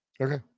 Okay